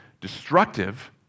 destructive